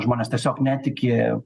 žmonės tiesiog netiki